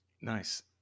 nice